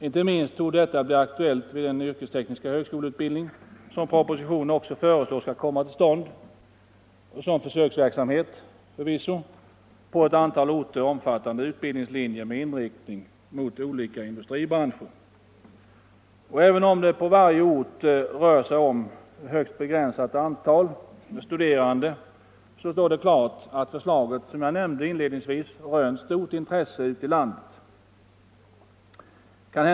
Inte minst torde detta bli aktuellt vid den yrkestekniska högskoleutbildningen, som propositionen också föreslår skall komma till stånd som försöksverksamhet på ett antal orter omfattande utbildningslinjer med inriktning mot olika Även om det på varje ort rör sig om ett högst begränsat antal studerande står det klart att förslaget rönt ett stort intresse ute i landet.